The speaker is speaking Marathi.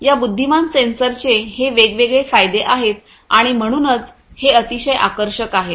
या बुद्धिमान सेन्सरचे हे वेगवेगळे फायदे आहेत आणि म्हणूनच हे अतिशय आकर्षक आहेत